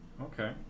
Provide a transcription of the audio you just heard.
okay